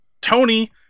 Tony